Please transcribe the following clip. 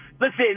listen